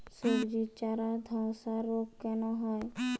সবজির চারা ধ্বসা রোগ কেন হয়?